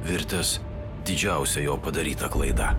virtęs didžiausia jo padaryta klaida